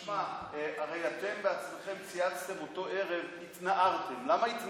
תשמע, הרי אתם בעצמכם צייצתם אותו ערב, התנערתם.